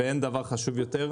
ואין דבר חשוב יותר.